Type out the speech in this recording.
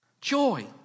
Joy